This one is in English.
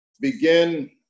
begin